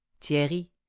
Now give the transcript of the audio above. thierry